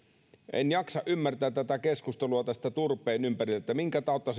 en jaksa ymmärtää tätä keskustelua tämän turpeen ympärillä sitä että minkä tautta